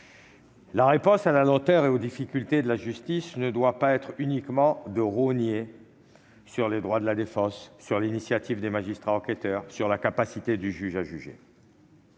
la réponse à la lenteur et aux difficultés de la justice ne doit pas uniquement consister à rogner sur les droits de la défense, sur l'initiative des magistrats enquêteurs, sur la capacité du juge à juger.